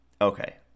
Okay